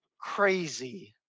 crazy